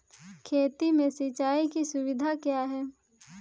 खेती में सिंचाई की सुविधा क्या है?